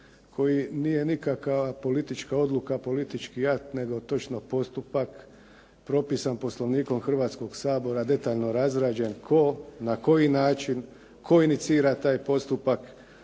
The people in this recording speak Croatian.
koji nije nikakva politička odluka, politički jad nego točno postupak propisan Poslovnikom Hrvatskoga sabora detaljno razrađen tko, na koji način, tko inicira taj postupak,